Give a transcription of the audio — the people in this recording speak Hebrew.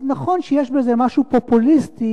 אז נכון שיש בזה משהו פופוליסטי,